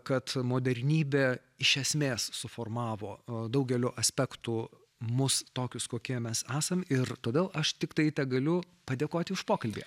kad modernybė iš esmės suformavo daugeliu aspektų mus tokius kokie mes esam ir todėl aš tiktai tegaliu padėkoti už pokalbį